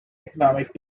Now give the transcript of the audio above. economic